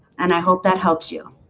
and i hope that helps you